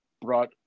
brought